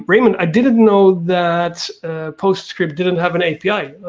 raymond, i didn't know that postscript didn't have an api.